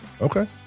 Okay